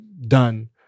done